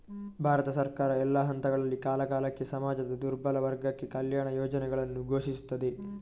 ಭಾರತ ಸರ್ಕಾರ, ಎಲ್ಲಾ ಹಂತಗಳಲ್ಲಿ, ಕಾಲಕಾಲಕ್ಕೆ ಸಮಾಜದ ದುರ್ಬಲ ವರ್ಗಕ್ಕೆ ಕಲ್ಯಾಣ ಯೋಜನೆಗಳನ್ನು ಘೋಷಿಸುತ್ತದೆ